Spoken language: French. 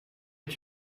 est